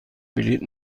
بلیط